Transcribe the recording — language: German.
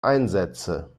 einsätze